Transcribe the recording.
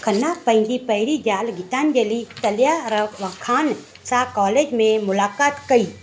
खन्ना पंहिंजी पहिरीं ज़ालु गीतांजलि तलेयाराव खान सां कॉलेज में मुलाक़ातु कई